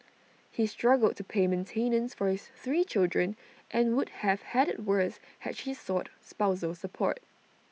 he struggled to pay maintenance for his three children and would have had IT worse had she sought spousal support